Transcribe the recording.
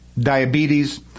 diabetes